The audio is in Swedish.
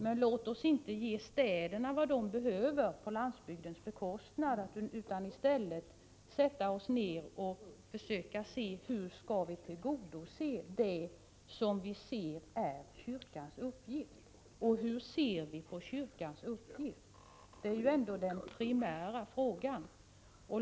Men låt oss inte ge städerna vad de behöver på landsbygdens bekostnad, utan i stället sätta oss ned och försöka utröna hur vi skall tillgodose det som är kyrkans uppgift. Vi måste göra klart för oss hur vi ser på kyrkans uppgift. Det är ändå den primära frågan.